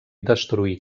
destruir